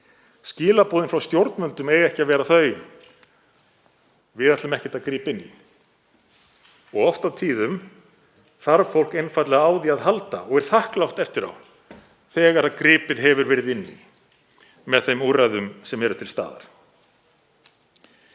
Skilaboðin frá stjórnvöldum eiga ekki að vera þau að við ætlum ekkert að grípa inn í. Oft á tíðum þarf fólk einfaldlega á því að halda og er þakklátt eftir á þegar gripið hefur verið inn í með þeim úrræðum sem eru til staðar.